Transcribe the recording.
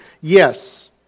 Yes